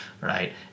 Right